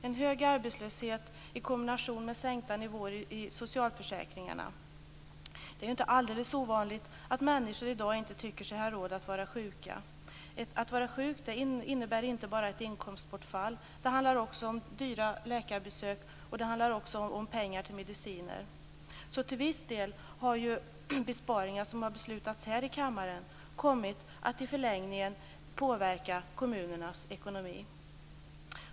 En hög arbetslöshet i kombination med sänkta nivåer i socialförsäkringarna. Det är inte alldeles ovanligt att människor i dag inte tycker sig ha råd att vara sjuka. Att vara sjuk innebär inte bara ett inkomstbortfall. Det handlar också om dyra läkarbesök och om pengar till mediciner. Till viss del har besparingar som har beslutats här i kammaren i förlängningen kommit att påverka kommunernas ekonomi.